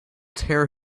tear